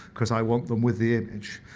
because i want them with the image.